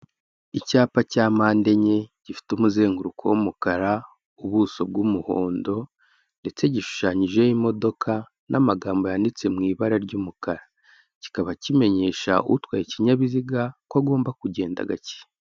Icyapa cya mpande enye, gifite umuzenguruko w'umukara, ubuso bw'umuhondo ndetse gishushanyijeho imodoka n'amagambo yanditse mu ibara ry'umukara, kikaba kimenyesha utwaye ikinyabiziga ko agomba kugenda gake.